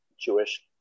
Jewish